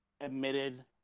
admitted